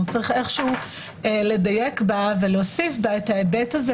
נצטרך לדייק בה ולהוסיף בה את הנושא הזה.